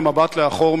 במבט לאחור,